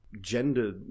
gender